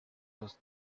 los